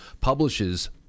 publishes